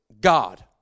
God